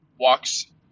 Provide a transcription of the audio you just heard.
walks